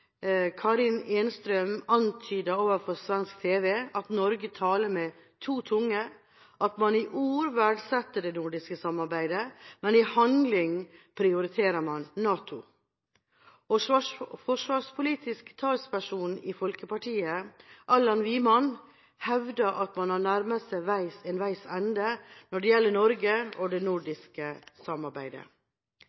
Karin Enström, antyder overfor svensk tv at Norge taler med to tunger, at man i ord verdsetter det nordiske samarbeidet, men i handling prioriterer NATO. Forsvarspolitisk talsperson i Folkpartiet, Allan Widman, hevder at man har nærmet seg veis ende når det gjelder Norge og det